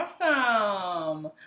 Awesome